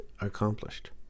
accomplished